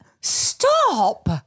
Stop